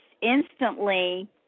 instantly